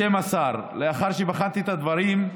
בשם השר, לאחר שבחנתי את הדברים,